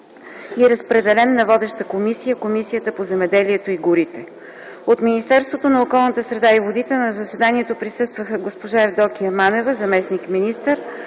и разпределен на водеща комисия – Комисия по земеделието и горите. От Министерството на околната среда и водите на заседанието присъстваха госпожа Евдокия Манева – заместник-министър,